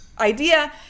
idea